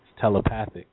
telepathic